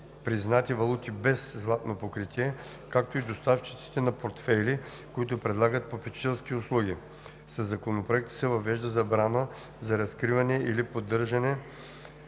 признати валути без златно покритие, както и доставчиците на портфейли, които предлагат попечителски услуги; - със Законопроекта се въвежда забрана за разкриване или поддържане